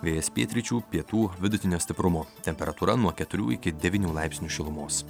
vėjas pietryčių pietų vidutinio stiprumo temperatūra nuo keturių iki devynių laipsnių šilumos